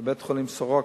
בבית-החולים "סורוקה",